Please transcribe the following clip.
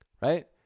right